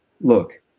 look